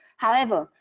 however,